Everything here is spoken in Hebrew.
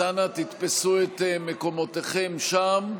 אז אנא, תתפסו את מקומותיכם שם.